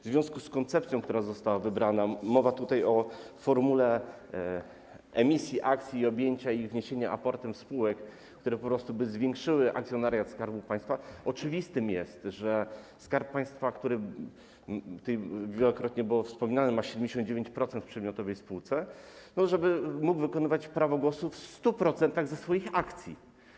W związku z koncepcją, która została wybrana - mowa tutaj o formule emisji akcji, objęcia i wniesienia aportem do spółek, które po prostu zwiększyłyby akcjonariat Skarbu Państwa - oczywistym jest, że chodzi o to, żeby Skarb Państwa, o którym tu wielokrotnie było wspominane, który ma 79% w przedmiotowej spółce, mógł wykonywać prawo głosu w 100% ze swoich akcji.